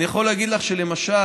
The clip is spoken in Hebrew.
אני יכול להגיד לך, למשל,